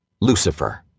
Lucifer